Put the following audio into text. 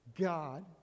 God